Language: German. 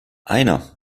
einer